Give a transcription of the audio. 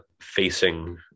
facing